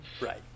right